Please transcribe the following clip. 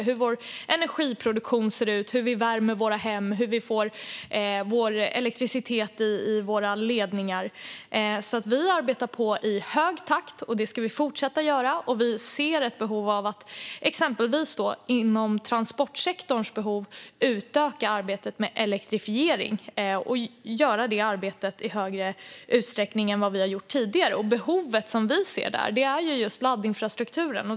Det handlar om hur vår energiproduktion ser ut, hur vi värmer våra hem och hur vi får elektricitet i våra ledningar. Vi arbetar på i hög takt. Det ska vi fortsätta att göra. Vi ser ett behov av att exempelvis inom transportsektorn utöka arbetet med elektrifiering och göra det i högre utsträckning än vad vi har gjort tidigare. Det behov som vi ser där gäller just laddinfrastrukturen.